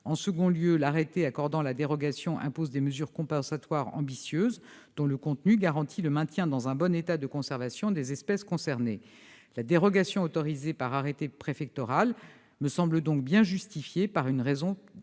En second lieu, l'arrêté accordant la dérogation impose des mesures compensatoires ambitieuses, dont le contenu garantit le maintien dans un bon état de conservation des espèces concernées. La dérogation autorisée par arrêté préfectoral me semble donc bien justifiée par une raison